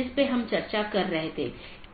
विशेष पथ के माध्यम से कॉन्फ़िगर या चैनल किया जाना चाहिए